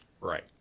Right